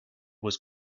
was